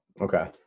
Okay